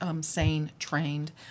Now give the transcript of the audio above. SANE-trained